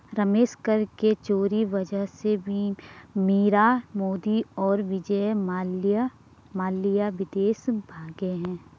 रमेश कर के चोरी वजह से मीरा मोदी और विजय माल्या विदेश भागें हैं